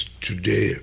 today